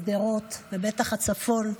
שדרות ובטח הצפון.